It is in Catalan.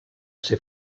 ser